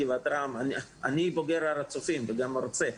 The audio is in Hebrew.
אני בוגר הר הצופים וגם הייתי מרצה שם,